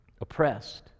oppressed